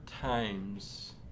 times